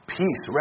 peace